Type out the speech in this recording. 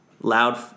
loud